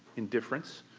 indifference,